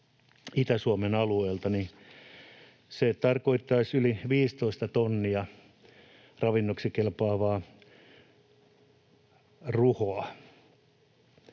Itä-Suomen alueelta, niin se tarkoittaisi yli 15:tä tonnia ravinnoksi kelpaavia ruhoja.